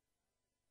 והקהל לכבד בקימה את